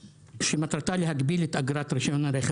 שמטרתה להגביל את אגרת רישיון הרכב.